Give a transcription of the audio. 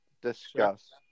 Discuss